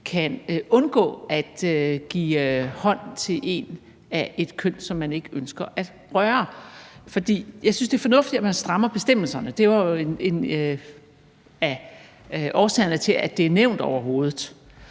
kan undgå at give hånd til en af et køn, som man ikke ønsker at røre. Jeg synes, det er fornuftigt, at man strammer bestemmelserne. Det er en af årsagerne til, at det overhovedet